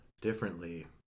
differently